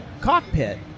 cockpit